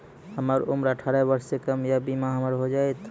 हमर उम्र अठारह वर्ष से कम या बीमा हमर हो जायत?